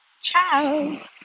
Ciao